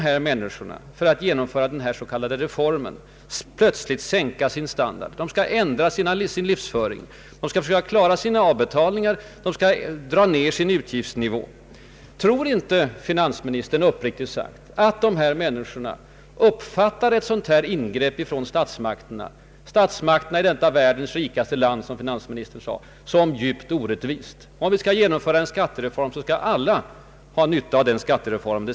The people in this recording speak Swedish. Nu skall dessa människor plötsligt tvingas sänka sin standard, ändra sin livsföring, försöka klara sina avbetalningar och dra ned sin utgiftsnivå. Tror inte finansministern uppriktigt sagt att dessa människor uppfattar ett sådant här ingrepp av statsmakterna i ett av världens rikaste länder — som finansministern själv apostroferade — såsom djupt orättvist? Om vi genomför en skattereform, skall alla uppfatta den som en reform.